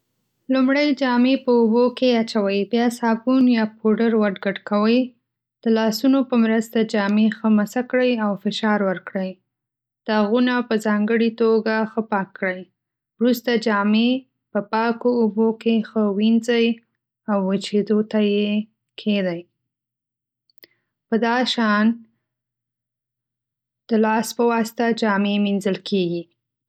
لومړی جامې په اوبو کې اچوئ. بیا صابون یا پوډر ور ګډ کوئ. د لاسونو په مرسته جامې ښه مسح کړئ او فشار ورکړئ. داغونه په ځانګړې توګه ښه پاک کړئ. وروسته جامې په پاکو اوبو کې ښه وینځئ او وچېدو ته یې کښېږدئ. په دا شان د لاس په واسطه جامې مینځل کیږي.